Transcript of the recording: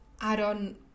add-on